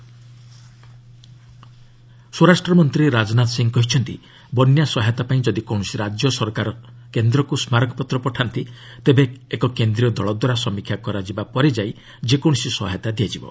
HM flood ସ୍ୱରାଷ୍ଟ୍ରମନ୍ତ୍ରୀ ରାଜନାଥ ସିଂ କହିଛନ୍ତି ବନ୍ୟା ସହାୟତା ପାଇଁ ଯଦି କୌଣସି ରାଜ୍ୟ ସରକାର କେନ୍ଦ୍ରକୁ ସ୍ମାରକପତ୍ର ପଠାନ୍ତି ତେବେ ଏକ କେନ୍ଦ୍ରୀୟ ଦଳସ୍ୱାରା ସମୀକ୍ଷା କରାଯିବା ପରେ ଯାଇ ଯେକୌଣସି ସହାୟତା ଦିଆଯିବ